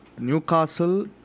Newcastle